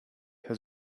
has